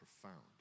profound